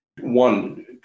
one